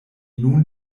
nun